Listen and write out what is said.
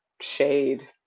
shade